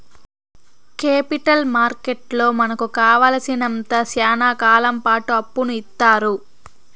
capital మార్కెట్లో మనకు కావాలసినంత శ్యానా కాలంపాటు అప్పును ఇత్తారు